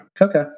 Okay